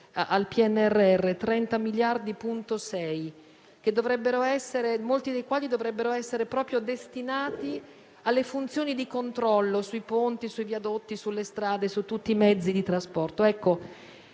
al PNRR: 30,6 miliardi, molti dei quali dovrebbero essere destinati proprio alle funzioni di controllo sui ponti, sui viadotti, sulle strade e su tutti i mezzi di trasporto.